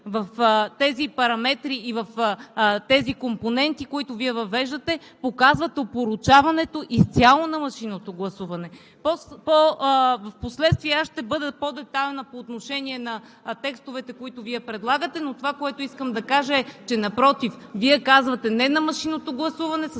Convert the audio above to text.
в тези параметри и в тези компоненти, които Вие въвеждате, изцяло показват опорочаването на машинното гласуване. Впоследствие аз ще бъда по-детайлна по отношение на текстовете, които Вие предлагате, но това, което искам да кажа, е, изцяло напротив, Вие казвате „не“ на машинното гласуване